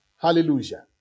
Hallelujah